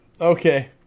Okay